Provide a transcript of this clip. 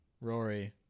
Rory